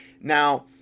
now